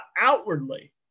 outwardly